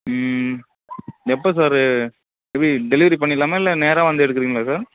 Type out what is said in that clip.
எப்போ சார் எப்படி டெலிவரி பண்ணிடலாமா இல்லை நேராக வந்து எடுக்குறீங்களா சார்